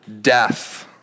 death